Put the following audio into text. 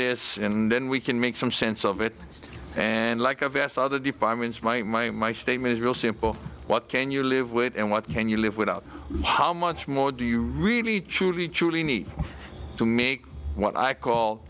this and then we can make some sense of it and like a vast other departments my mind my statement is real simple what can you live with and what can you live without how much more do you really truly truly need to make what i call